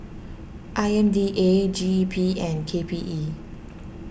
I M D A G E P and K P E